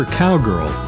cowgirl